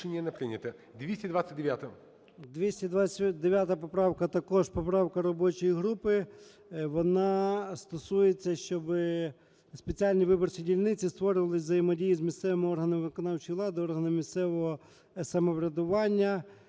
229 поправка, також поправка робочої групи. Вона стосується, щоб спеціальні виборчі дільниці створювались у взаємодії з місцевими органами виконавчої влади, органами місцевого самоврядування.